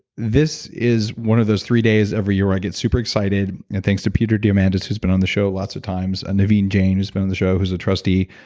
this is one of those three days every year when i get super excited. thanks to peter diamandis who's been on the show lots of times and naveen jain has been on the show, who's a trustee.